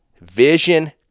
vision